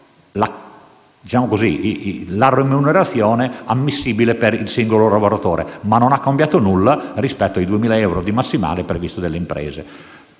la remunerazione ammissibile per il singolo lavoratore (ma non ha cambiato nulla rispetto ai 2.000 euro di massimale previsti per le imprese).